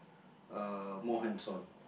uh more hands on